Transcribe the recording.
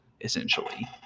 essentially